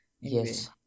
Yes